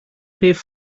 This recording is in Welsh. rhif